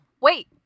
wait